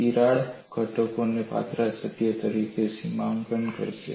તિરાડ ઘટકોને પાતળા સભ્યો તરીકે સીમાંકન કરશે